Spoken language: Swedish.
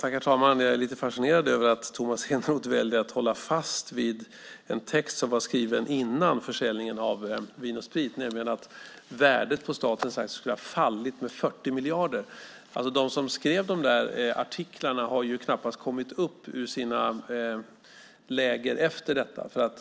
Herr talman! Jag är lite fascinerad av att Tomas Eneroth väljer att hålla fast vid den text som var skriven före försäljningen av Vin & Sprit, nämligen att värdet på statens aktier skulle ha fallit med 40 miljarder. De som skrev artiklarna har knappast kommit upp ur sina läger efter detta.